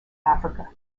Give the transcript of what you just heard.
africa